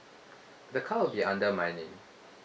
the car will be under my name